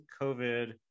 covid